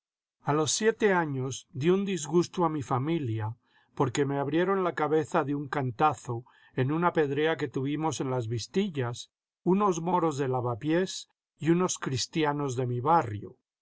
a los siete años di un disgusto a mi familia porque me abrieron la cabeza de un cantazo en una pedrea que tuvimos en las vistillas unos moros de lavapiés y unos cristianos de mi barrio